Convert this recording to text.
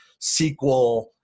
SQL